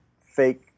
fake